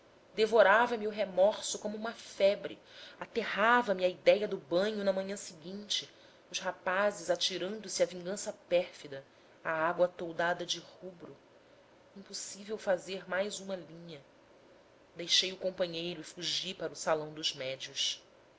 devorava me o remorso como uma febre aterrava me a idéia do banho na manhã seguinte os rapazes atirando-se à vingança pérfida a água toldada de rubro impossível fazer mais uma linha deixei o companheiro e fugi para o salão dos médios